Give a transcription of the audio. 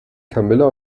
camilla